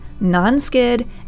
non-skid